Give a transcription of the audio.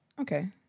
Okay